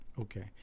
Okay